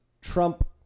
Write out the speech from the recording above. Trump